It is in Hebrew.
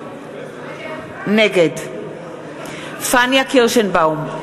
נגד פניה קירשנבאום,